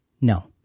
No